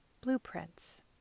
blueprints